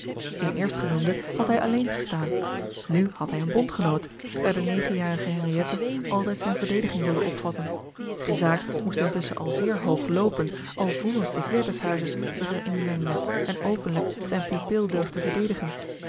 in eerstgenoemde had hij alleen gestaan nu had hij eene bondgenoot daar de negenjarige henriëtte altijd zijne verdediging wilde opvatten de zaak moest intusschen al zeer hoog loopen alvorens de heer des huizes zich er in mengde en openlijk zijn pupil durfde verdedigen